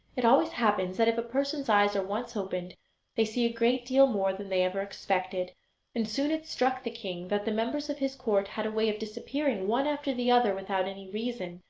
it always happens that if a person's eyes are once opened they see a great deal more than they ever expected and soon it struck the king that the members of his court had a way of disappearing one after the other without any reason.